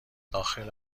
داخل